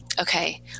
Okay